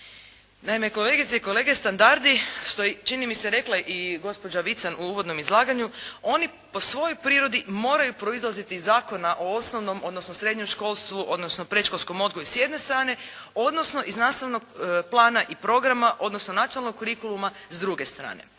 Naime, kolegice i kolege standardi što je i čini mi se rekla i gospođa Vican u uvodnom izlaganju oni po svojoj prirodi moraju proizlaziti iz Zakona o osnovnom, odnosno srednjem školstvu, odnosno predškolskom odgoju s jedne strane, odnosno iz nastavnog plana i programa, odnosno nacionalnog kurikuluma s druge strane.